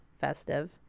festive